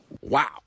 Wow